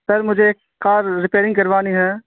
سر مجھے car repairing کروانی ہے